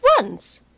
once